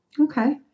Okay